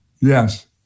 Yes